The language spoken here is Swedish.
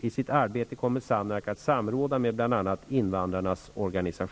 I sitt arbete kommer SAMNARK att samråda med bl.a.